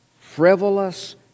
Frivolous